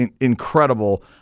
incredible